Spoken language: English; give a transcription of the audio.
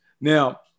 now